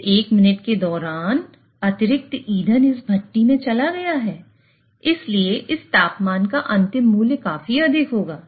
उस एक मिनट के दौरान अतिरिक्त ईंधन इस भट्टी में चला गया है इसलिए इस तापमान का अंतिम मूल्य काफी अधिक होगा